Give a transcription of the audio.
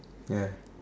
ya